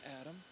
Adam